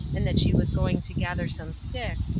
and that she was going to gather some sticks,